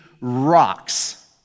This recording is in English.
rocks